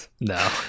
No